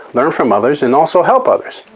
learn from others and also help others.